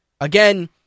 Again